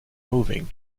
moving